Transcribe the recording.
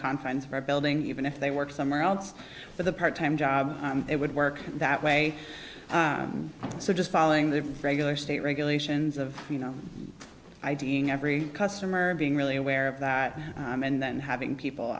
confines of our building even if they work somewhere else with a part time job it would work that way so just following the regular state regulations of you know i doing every customer being really aware of that and then having people